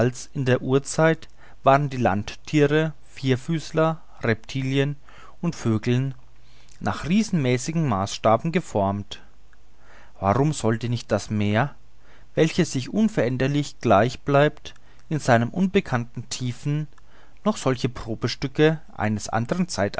in der urzeit waren die landthiere vierfüßler reptilien und vögel nach riesenmäßigem maßstab geformt warum sollte nicht das meer welches sich unveränderlich gleich bleibt in seinen unbekannten tiefen noch solche probestücke eines andern